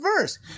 verse